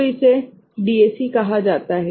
तो इसे डीएसी कहा जाता है